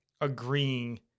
agreeing